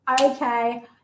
okay